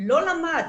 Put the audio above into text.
לא למד,